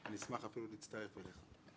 אני אשמח אפילו להצטרף אליך.